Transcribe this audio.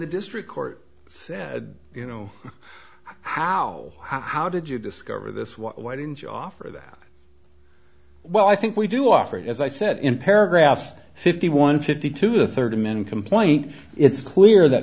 the district court said you know how how did you discover this why didn't you offer that well i think we do operate as i said in paragraph fifty one fifty two the third man complaint it's clear that